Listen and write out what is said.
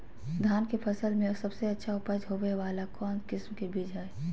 धान के फसल में सबसे अच्छा उपज होबे वाला कौन किस्म के बीज हय?